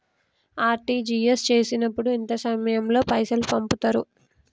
RTGS చేసినప్పుడు ఎంత సమయం లో పైసలు పంపుతరు?